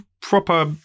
proper